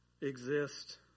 exist